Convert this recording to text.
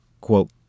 Quote